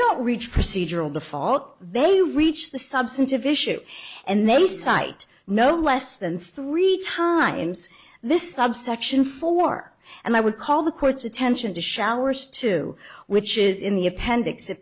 don't reach procedural default they reach the substantive issue and they cite no less than three times this subsection four and i would call the court's attention to showers two which is in the appendix